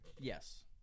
yes